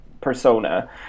persona